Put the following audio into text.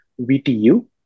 VTU